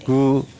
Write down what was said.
गु